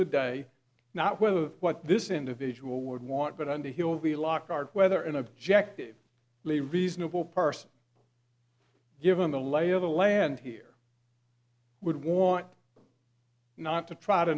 the day not whether what this individual would want but under he will be lockhart whether in objective lay reasonable person given the lay of the land here would warrant not to try to